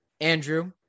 Andrew